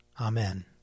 Amen